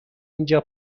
اینجا